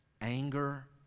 anger